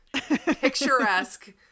picturesque